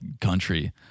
country